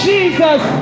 Jesus